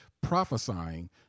prophesying